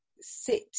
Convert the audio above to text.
sit